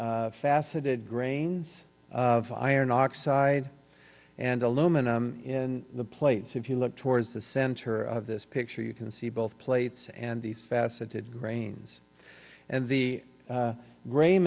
faceted grains of iron oxide and aluminum in the plates if you look towards the center of this picture you can see both plates and these faceted grains and the